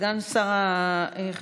סגן שר החינוך,